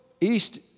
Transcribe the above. East